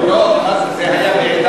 נורמליים,